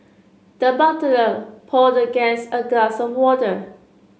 the butler poured the guest a glass of water